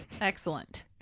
Excellent